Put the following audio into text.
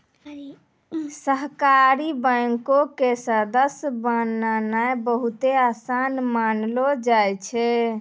सहकारी बैंको के सदस्य बननाय बहुते असान मानलो जाय छै